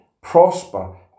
prosper